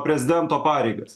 prezidento pareigas